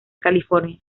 california